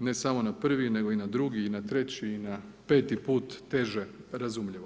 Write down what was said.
ne samo na prvi, nego i na drugi i na treći i na peti put, teže razumljivo.